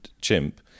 chimp